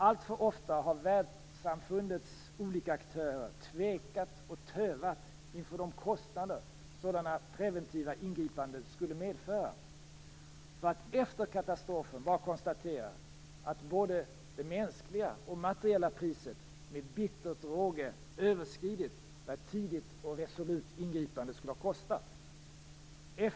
Alltför ofta har världssamfundets olika aktörer tvekat och tövat inför de kostnader som sådana preventiva ingripanden skulle medföra för att efter katastrofen bara konstatera att både det mänskliga och materiella priset med bitter råge överskridit vad ett tidigt och resolut ingripande skulle ha kostat.